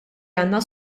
għandna